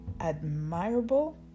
admirable